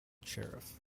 sheriff